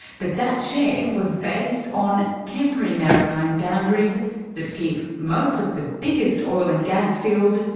but that share was based on temporary maritime boundaries that keep most of the biggest oil and gas field,